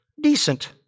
Decent